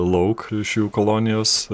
lauk iš jų kolonijos